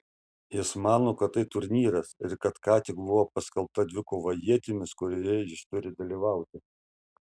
jis mano kad tai turnyras ir kad ką tik buvo paskelbta dvikova ietimis kurioje jis turi dalyvauti